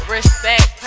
Respect